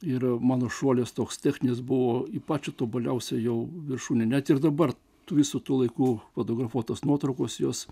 ir mano šuolis toks techninis buvo į pačią tobuliausią jau viršūnę net ir dabar tų visų tų laikų fotografuotos nuotraukos jos